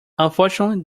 unfortunately